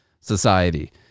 society